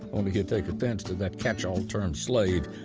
only, he would take offense to that catch-all term, slave.